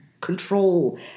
control